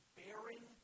bearing